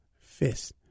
fist